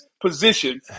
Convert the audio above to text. position